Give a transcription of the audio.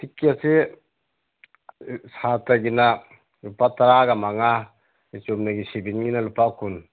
ꯇꯤꯀꯦꯠꯁꯦ ꯁꯥꯇ꯭ꯔꯒꯤꯅ ꯂꯨꯄꯥ ꯇꯔꯥꯒ ꯃꯉꯥ ꯑꯗꯒꯤ ꯆꯨꯝꯅꯒꯤ ꯁꯤꯕꯤꯜꯒꯤꯅ ꯂꯨꯄꯥ ꯀꯨꯟ